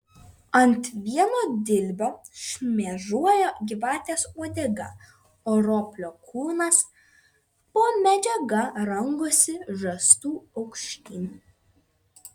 ant vieno dilbio šmėžuoja gyvatės uodega o roplio kūnas po medžiaga rangosi žastu aukštyn